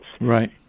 Right